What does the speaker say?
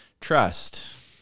trust